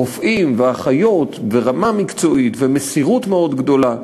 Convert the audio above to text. רופאים ואחיות ברמה מקצועית ומסירות מאוד גדולה.